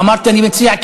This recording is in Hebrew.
אמרתי: אני מציע,